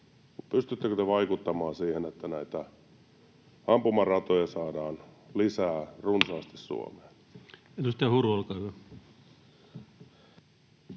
pystyttekö te vaikuttamaan siihen, että näitä ampumaratoja saadaan runsaasti lisää Suomeen?